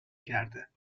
کرده